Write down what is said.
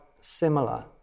similar